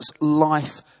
life